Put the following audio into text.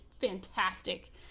fantastic